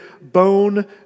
bone